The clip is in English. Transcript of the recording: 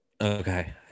okay